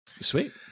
sweet